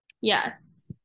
Yes